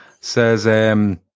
says